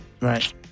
Right